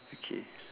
okay